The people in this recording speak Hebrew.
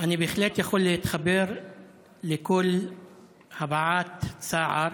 אני בהחלט יכול להתחבר לכל הבעת צער